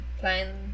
plan